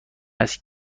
است